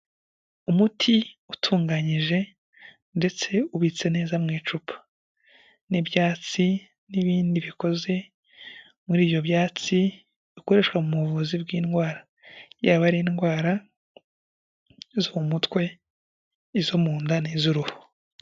Umuti utunganyije ndetse ubitse neza mu icupa n'ibyatsi n'ibindi bikoze muri ibyo byatsi bikoreshwa mu buvuzi bw'indwara yaba ari indwara zo mu mutwe izo mu nda' z'uruhu .